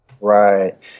Right